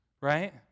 right